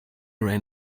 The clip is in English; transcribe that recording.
right